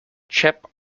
chip